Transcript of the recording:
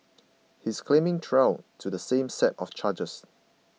he is claiming trial to the same set of charges